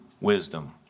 wisdom